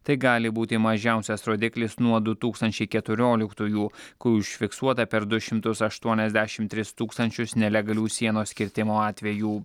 tai gali būti mažiausias rodiklis nuo du tūkstančiai keturioliktųjų kai užfiksuota per du šimtus aštuoniasdešimt tris tūkstančius nelegalių sienos kirtimo atvejų